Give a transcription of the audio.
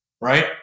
Right